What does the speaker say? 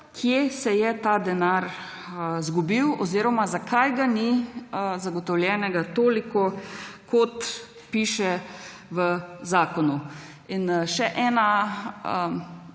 kje se je ta denar izgubil oziroma zakaj ga ni zagotovljenega toliko, kot piše v zakonu. In še ena,